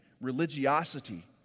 religiosity